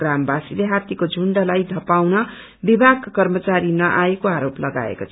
ग्रामवासीले हातीको झुण्डलाई यपाउन विभागका कर्मचारी न आएको आरोप लगाएका छन्